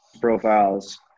profiles